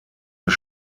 des